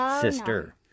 sister